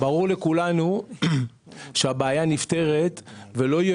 אני מקווה שברור לכולנו שהבעיה נפתרת ולא תהיה